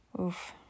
Oof